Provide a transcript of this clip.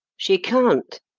she can't.